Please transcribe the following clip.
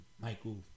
Michael